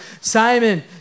Simon